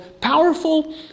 powerful